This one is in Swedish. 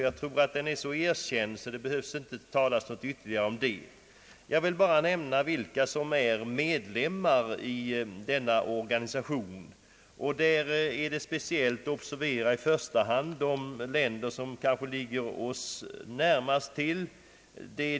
Jag tror att den är så erkänd att det inte behöver talas mer om den. Jag vill endast nämna vilka som är medlemmar i denna organisation. Där är speciellt att observera i första hand de länder som ligger närmast till för oss.